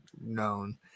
known